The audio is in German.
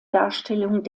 darstellung